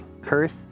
curse